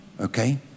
Okay